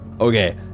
Okay